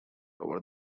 over